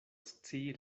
scii